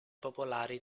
popolari